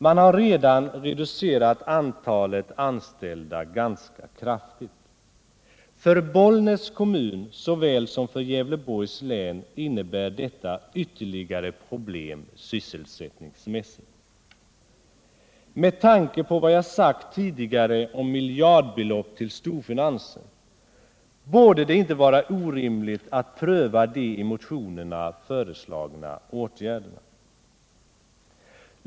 Man har redan reducerat antalet anställda ganska kraftigt. Såväl för Bollnäs kommun som för Gävleborgs län innebär detta ytterligare problem sysselsättningsmässigt. Med tanke på vad jag sagt tidigare om miljardbelopp till storfinansen borde det inte vara orimligt att pröva de i motionerna föreslagna åtgärderna.